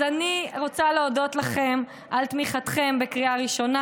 אז אני רוצה להודות לכם על תמיכתכם בקריאה ראשונה.